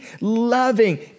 loving